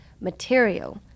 material